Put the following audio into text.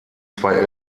zwei